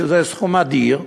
שזה סכום אדיר,